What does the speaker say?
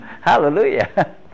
Hallelujah